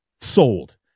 sold